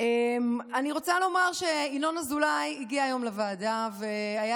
אני רוצה לומר שינון אזולאי הגיע היום לוועדה והיה